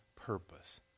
purpose